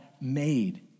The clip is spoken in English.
made